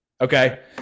Okay